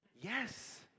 yes